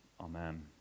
Amen